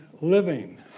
living